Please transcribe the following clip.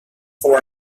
for